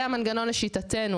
זה המנגנון, לשיטתנו.